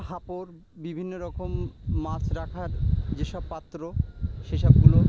হাপর বিভিন্ন রকম মাছ রাখার যেসব পাত্র সেসবগুলো